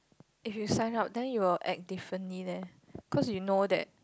if you sign up then you will act differently leh cause you know that